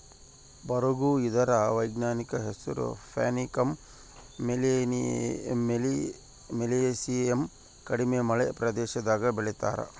ಬರುಗು ಇದರ ವೈಜ್ಞಾನಿಕ ಹೆಸರು ಪ್ಯಾನಿಕಮ್ ಮಿಲಿಯೇಸಿಯಮ್ ಕಡಿಮೆ ಮಳೆ ಪ್ರದೇಶದಾಗೂ ಬೆಳೀತಾರ